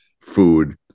food